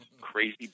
Crazy